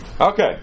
Okay